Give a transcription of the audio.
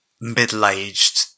middle-aged